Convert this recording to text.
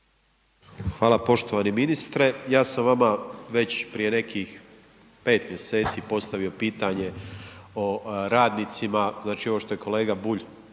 Hvala. Poštovani ministre ja sam vama već prije nekih 5 mjeseci postavio pitanje o radnicima znači ovo što je kolega Bulj